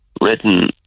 written